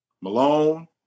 Malone